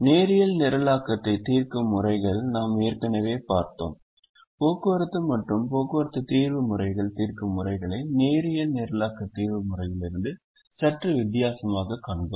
நேரியல் நிரலாக்கத்தை தீர்க்கும் முறைகளை நாம் ஏற்கனவே பார்த்தோம் போக்குவரத்து மற்றும் போக்குவரத்து தீர்வு முறைகள் தீர்க்கும் முறைகளை நேரியல் நிரலாக்க தீர்வு முறையிலிருந்து சற்று வித்தியாசமாகக் கண்டோம்